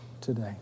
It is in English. today